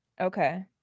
Okay